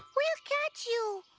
we'll catch you.